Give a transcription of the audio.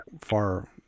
far